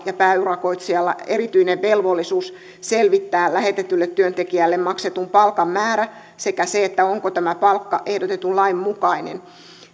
ja pääurakoitsijan erityinen velvollisuus selvittää lähetetylle työntekijälle maksetun palkan määrä sekä se onko tämä palkka ehdotetun lain mukainen